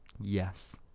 Yes